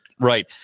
Right